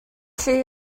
lle